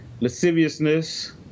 lasciviousness